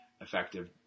effective